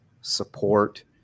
support